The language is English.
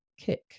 kick